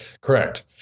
Correct